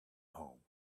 home